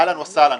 אהלן וסהלן.